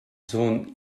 sohn